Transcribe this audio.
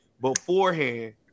beforehand